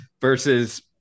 versus